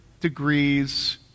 degrees